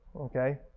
Okay